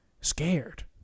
scared